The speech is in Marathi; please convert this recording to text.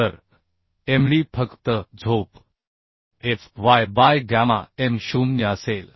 तर md फक्त zp fy by gamma m 0 असेल